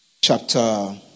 chapter